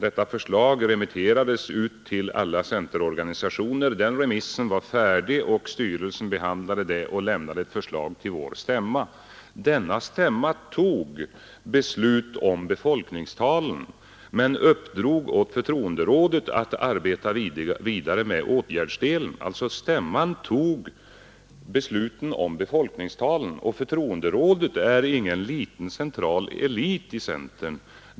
Detta förslag remitterades ut till alla centerorganisationer. Styrelsen behandlade remissyttrandena och lämnade ett förslag till vår stämma. Denna stämma fattade beslut om befolkningstalen, men uppdrog åt förtroenderådet att arbeta vidare med åtgärdsdelen. Stämman fattade alltså besluten om befolkningstalen. Jag vill också framhålla att förtroenderådet inte är en liten central grupp i centern.